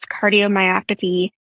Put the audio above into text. cardiomyopathy